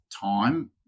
time